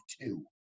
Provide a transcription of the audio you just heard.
two